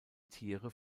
tiere